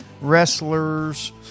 wrestlers